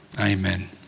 Amen